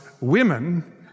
women